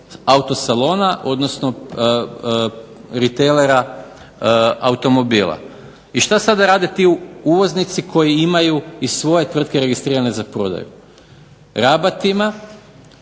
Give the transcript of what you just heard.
autosalona odnosno retailera automobila. I što sada rade ti uvoznici koji imaju svoje tvrtke registrirane za prodaju? Rabatima,